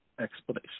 explanation